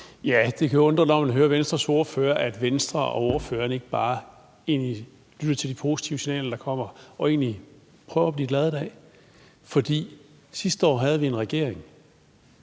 Ja, det kan undre, når man hører Venstres ordfører, at Venstre og ordføreren egentlig ikke bare lytter til de positive signaler, der kommer, og prøver at blive glade i dag. For sidste år havde vi en regering,